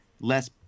less